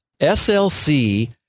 SLC